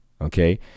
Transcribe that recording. Okay